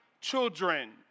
children